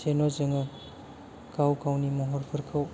जेन जोङो गाव गावनि महरफोरखौ